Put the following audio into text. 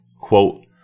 Quote